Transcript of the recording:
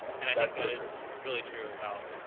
and i think that is really true about,